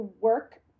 work